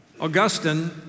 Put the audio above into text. Augustine